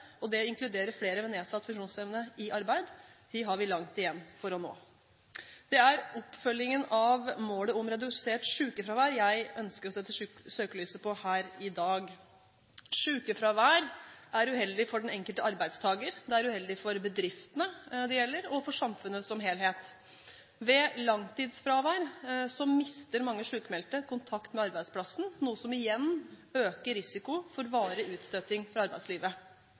og det å inkludere flere med nedsatt funksjonsevne i arbeid – har vi langt igjen for å nå. Det er oppfølgingen av målet om redusert sykefravær jeg ønsker å sette søkelyset på her i dag. Sykefravær er uheldig for den enkelte arbeidstaker, det er uheldig for bedriftene det gjelder, og for samfunnet som helhet. Ved langtidsfravær mister mange sykmeldte kontakten med arbeidsplassen, noe som igjen øker risikoen for varig utstøting av arbeidslivet.